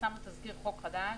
פרסמנו תזכיר חוק חדש,